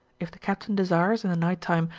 if the captain desires, in the night-time,